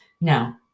Now